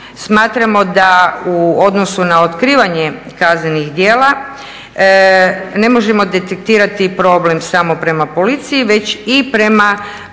Smatramo da u odnosu na otkrivanje kaznenih djela ne možemo detektirati problem samo prema policiji već i prema